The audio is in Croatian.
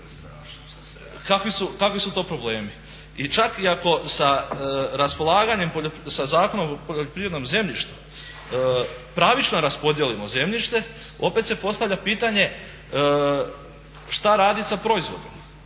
Kakvi su to problemi. I čak i ako sa Zakonom o poljoprivrednom zemljištu pravično raspodijelimo zemljište opet se postavlja pitanje što raditi sa proizvodima?